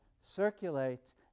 circulates